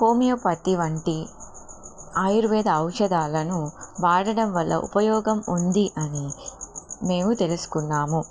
homeopathy వంటి ఆయుర్వేద ఔషధాలను వాడడం వల్ల ఉపయోగం ఉంది అని మేము తెలుసుకున్నాము